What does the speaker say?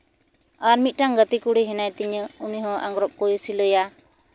ᱟᱨ ᱢᱤᱫᱴᱟᱱ ᱜᱟᱛᱮ ᱠᱩᱲᱤ ᱦᱮᱱᱟᱭ ᱛᱤᱧᱟᱹ ᱩᱱᱤᱦᱚᱸ ᱟᱝᱨᱚᱵᱽ ᱠᱚᱭ ᱥᱤᱞᱟᱹᱭᱟ